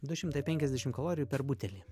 du šimtai penkiasdešim kalorijų per butelį